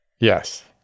Yes